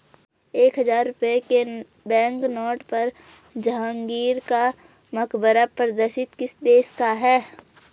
एक हजार रुपये के बैंकनोट पर जहांगीर का मकबरा प्रदर्शित किस देश का है?